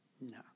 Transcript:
No